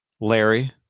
Larry